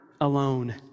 alone